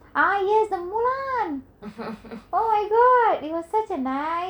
ah yes the mulan oh my god it was such a nice movie